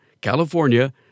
California